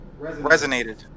resonated